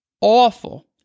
awful